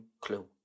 clue